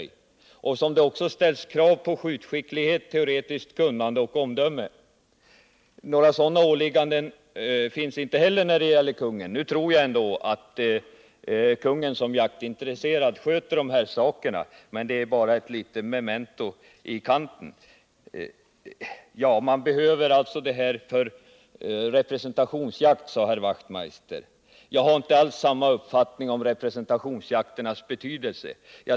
När det gäller dem ställs det också krav på skjutskicklighet, teoretiskt kunnande och omdöme. Några sådana åligganden finns inte när det gäller kungen. Jag tror ändå att kungen som jaktintresserad sköter dessa saker, men jag vill göra det påpekandet som ett litet memento. Man behöver de här områdena för representationsjakt, sade herr Wachtmeister. Jag har inte alls samma uppfattning om representationsjaktens betydelse.